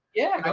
yeah,